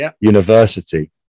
university